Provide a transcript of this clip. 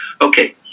Okay